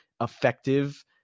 effective